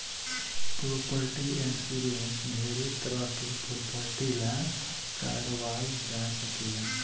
property insurance ढेरे तरह के प्रॉपर्टी ला कारवाल जा सकेला